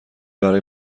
برای